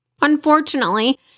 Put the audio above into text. Unfortunately